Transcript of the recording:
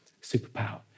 superpower